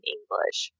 English